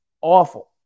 awful